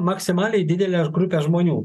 maksimaliai didelę grupę žmonių